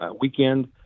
weekend